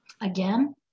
again